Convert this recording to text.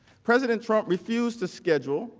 president trump refused to schedule